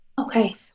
Okay